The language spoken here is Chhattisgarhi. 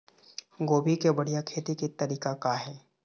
गोभी के बढ़िया खेती के तरीका का हे?